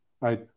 right